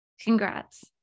Congrats